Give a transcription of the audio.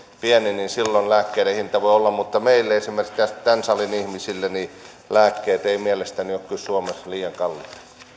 pieni että silloin lääkkeiden hinta voi sitä olla mutta esimerkiksi meille tämän salin ihmisille lääkkeet eivät kyllä mielestäni ole suomessa liian kalliita